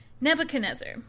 Nebuchadnezzar